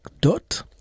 dot